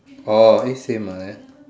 orh it seem like that